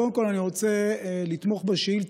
קודם כול אני רוצה לתמוך בשאילתה,